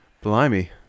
Blimey